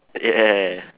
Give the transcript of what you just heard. y~ yeah